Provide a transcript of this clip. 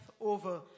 over